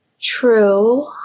true